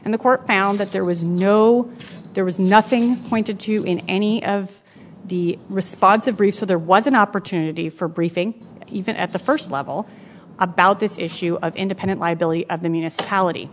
court found that there was no there was nothing pointed to in any of the responsive briefs so there was an opportunity for briefing even at the first level about this issue of independent liability of the municipality